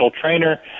trainer